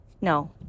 No